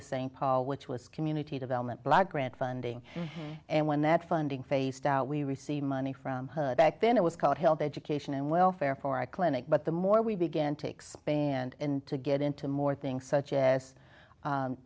of st paul which was community development block grant funding and when that funding phased out we received money from back then it was called health education and welfare for a clinic but the more we began to expand and to get into more things such as